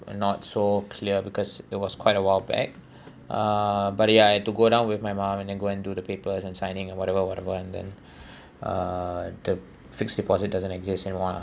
are not so clear because it was quite a while back uh but ya I had to go down with my mom and then go and do the papers and signing or whatever whatever and then uh the fixed deposit doesn't exist in one